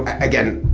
again,